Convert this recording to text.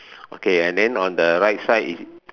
okay and then on the right side is